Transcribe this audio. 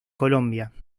colombia